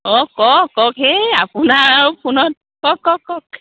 অঁ কওক কওক হে আপোনাৰ আৰু ফোনত কওক কওক